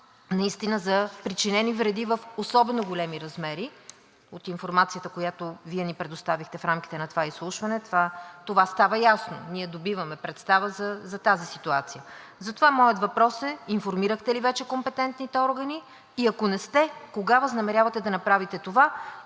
дума за причинени вреди в особено големи размери – от информацията, която Вие ни предоставихте в рамките на това изслушване, това става ясно, ние добиваме представа за тази ситуация. Затова моят въпрос е: информирахте ли вече компетентните органи и ако не сте, кога възнамерявате да направите това?